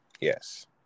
Yes